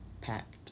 packed